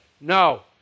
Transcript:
No